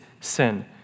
sin